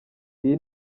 iyi